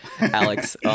Alex